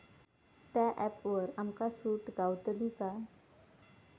त्या ऍपवर आमका सूट गावतली काय?